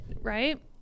right